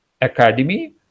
Academy